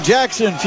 Jackson